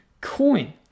coin